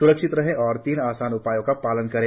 स्रक्षित रहें और तीन आसान उपायों का पालन करें